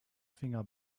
finger